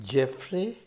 Jeffrey